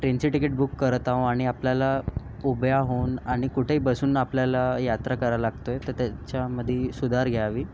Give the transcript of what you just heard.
ट्रेनची तिकीट बुक करत आहो आणि आपल्याला उभ्याहून आणि कुठेही बसून आपल्याला यात्रा कराय लागतोय तर त्याच्यामध्ये सुधार यावी